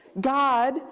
God